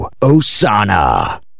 Osana